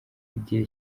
igihe